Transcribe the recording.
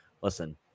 Listen